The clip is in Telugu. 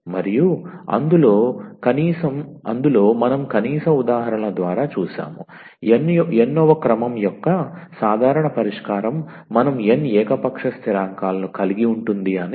మరియు అందులో మనం కనీసం ఉదాహరణల ద్వారా చూశాము n వ క్రమం యొక్క సాధారణ పరిష్కారం మనం n ఏకపక్ష స్థిరాంకాలను కలిగి ఉంటుంది అని